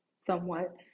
somewhat